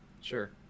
Sure